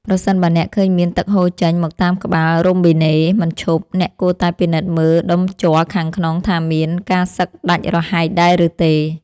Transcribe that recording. ប្រសិនបើអ្នកឃើញមានទឹកហូរចេញមកតាមក្បាលរ៉ូប៊ីណេមិនឈប់ អ្នកគួរតែពិនិត្យមើលដុំជ័រខាងក្នុងថាមានការសឹកដាច់រហែកដែរឬទេ។